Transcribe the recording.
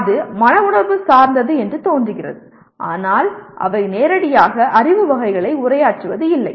அது மன உணர்வு சார்ந்தது என்று தோன்றுகிறது ஆனால் அவை நேரடியாக அறிவு வகைகளை உரையாற்றுவதில்லை